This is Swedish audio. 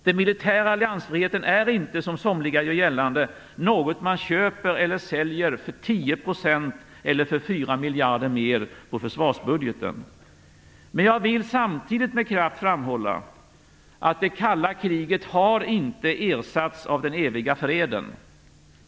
Den militära alliansfriheten är inte, som somliga gör gällande, något man köper eller säljer för 10 % eller 4 Jag vill samtidigt med kraft framhålla att det kalla kriget inte har ersatts av den eviga freden.